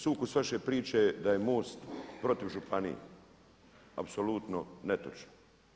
Sukus vaše priče da je MOST protiv županije, apsolutno netočno.